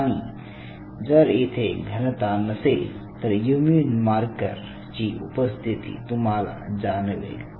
आणि जर येथे घनता नसेल तर इम्यून मार्कर ची उपस्थिती तुम्हाला जाणवेल